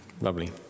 Lovely